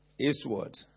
eastward